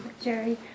Jerry